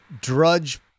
drudge